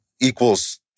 equals